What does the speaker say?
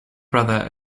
brother